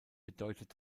bedeutet